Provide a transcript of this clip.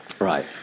Right